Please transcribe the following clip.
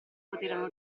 poterono